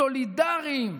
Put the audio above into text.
סולידריים,